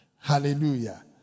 Hallelujah